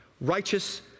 righteous